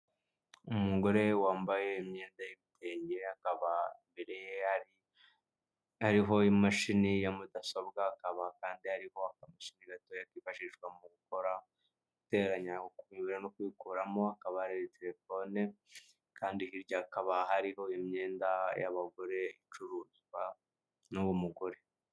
Umugore wambaye imyenda y'ibitenge hakaba imbere hariho imashini ya mudasobwa, akaba kandi harimo kwifashishwa mu gukuba, guteranya no gukuramo ukabara telefone kandi hirya hakaba hariho imyenda y'abagore icuruzwa n'uwo mugore.